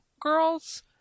girls